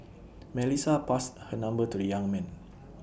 Melissa passed her number to the young man